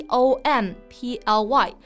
Comply